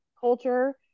culture